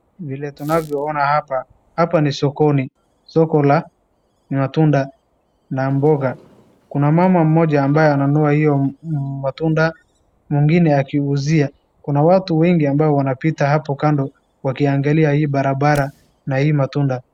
Vile tunavyoona hapa, hapa ni sokoni. Soko la matunda na mboga kuna mama mmoja ambaye ananunua hiyo matunda mwingine akiuzia kuna watu wengi ambao wanapita hapo kando wakiangalia hii barabara na hii matunda.